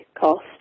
cost